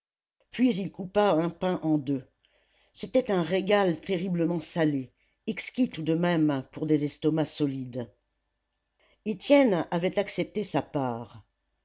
puis il coupa un pain en deux c'était un régal terriblement salé exquis tout de même pour des estomacs solides étienne avait accepté sa part